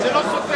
וזה לא סותר.